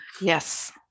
Yes